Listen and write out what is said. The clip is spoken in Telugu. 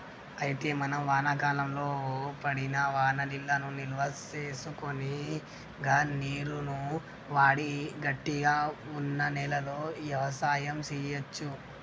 అయితే మనం వానాకాలంలో పడిన వాననీళ్లను నిల్వసేసుకొని గా నీరును వాడి గట్టిగా వున్న నేలలో యవసాయం సేయచ్చు